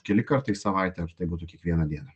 keli kartai į savaitę ar tai būtų kiekvieną dieną